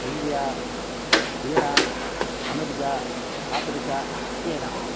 India Iran America Africa China